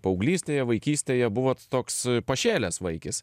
paauglystėje vaikystėje buvot toks pašėlęs vaikis